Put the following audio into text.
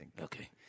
Okay